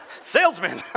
Salesman